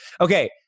Okay